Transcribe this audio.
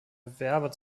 bewerber